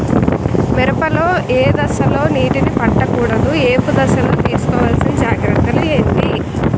మిరప లో ఏ దశలో నీటినీ పట్టకూడదు? ఏపు దశలో తీసుకోవాల్సిన జాగ్రత్తలు ఏంటి?